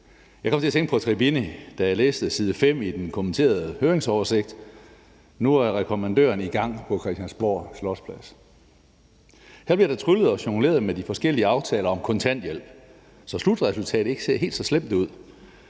Jeg kom til at tænke på Tribini, da jeg læste side 5 i den kommenterede høringsoversigt. Nu er rekommandøren i gang på Christiansborgs Slotsplads. Her bliver der tryllet og jongleret med de forskellige aftaler om kontanthjælp, så slutresultatet ikke ser helt så slemt ud.